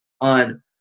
on